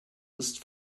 ist